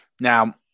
now